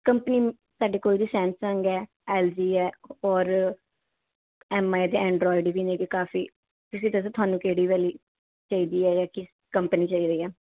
company ਸਾਡੇ ਕੋਲ ਜੀ ਸੈਮਸੰਗ ਹੈ ਐਲ ਜੀ ਹੈ ਔਰ ਐੱਮ ਆਈ ਦਾ ਐਂਡਰਾਇਡ ਵੀ ਨੇ ਜੀ ਕਾਫੀ ਤੁਸੀਂ ਦੱਸੋ ਤੁਹਾਨੂੰ ਕਿਹੜੀ ਵਾਲੀ ਚਾਹੀਦੀ ਹੈ ਜਾਂ ਕਿਸ ਕੰਪਨੀ ਚਾਹੀਦੀ ਆ